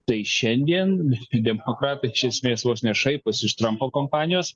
tai šiandien demokratai iš esmės vos ne šaiposi iš trampo kampanijos